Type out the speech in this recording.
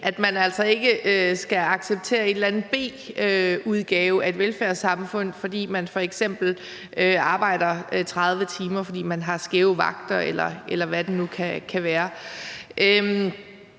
at man altså ikke skal acceptere en eller anden B-udgave af et velfærdssamfund, fordi man f.eks. arbejder 30 timer, fordi man har skæve vagter, eller hvad det nu kan være.